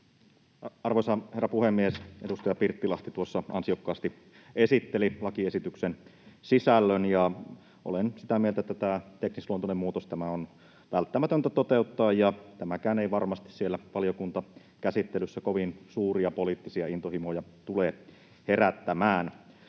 Arvoisa herra puhemies! Edustaja Pirttilahti tuossa ansiokkaasti esitteli lakiesityksen sisällön. Olen sitä mieltä, että tämä teknisluontoinen muutos on välttämätöntä toteuttaa. Tämäkään ei varmasti siellä valiokuntakäsittelyssä kovin suuria poliittisia intohimoja tule herättämään.